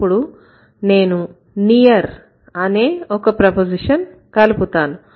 ఇప్పుడు నేను near అనే ఒక ప్రపోజిషన్ కలుపుతాను